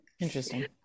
interesting